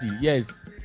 yes